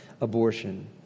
abortion